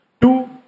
Two